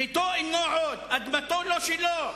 ביתו אינו עוד, אדמתו לא שלו,